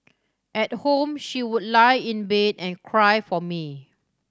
at home she would lie in bed and cry for me